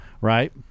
right